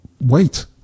wait